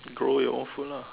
grow your own food lah